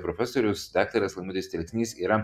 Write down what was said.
profesorius daktaras laimutis telksnys yra